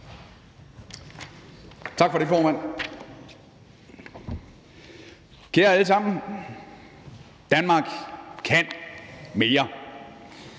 Tak for det, formand. Kære alle sammen, Danmark kan mere.